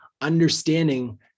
understanding